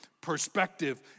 perspective